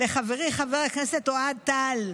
לחברי חבר הכנסת אוהד טל.